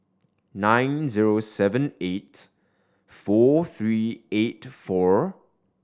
nine zero seven eight four three eight four